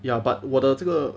ya but 我的这个